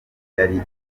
yari